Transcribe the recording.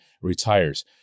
retires